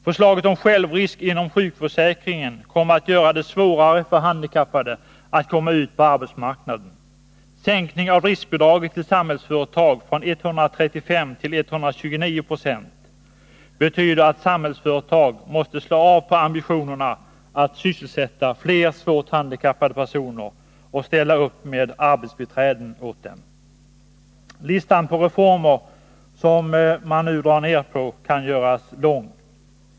Förslaget om självrisk inom sjukförsäkringen kommer att göra det svårare för handikappade att komma ut på arbetsmarknaden. Sänkningen av driftbidraget till Samhällsföretag från 135 9 till 129 96 betyder att Samhällsföretag måste slå av på ambitionerna att 10 Riksdagens protokoll 1981182:7-8 sysselsätta fler svårt handikappade personer och ställa upp med arbetsbiträden åt dem. Listan på reformer som man nu drar in på kan göras lång.